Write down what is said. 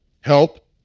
help